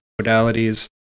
modalities